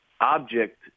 object